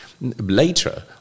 Later